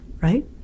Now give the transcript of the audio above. right